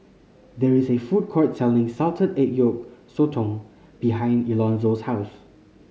there is a food court selling salted egg yolk sotong behind Elonzo's house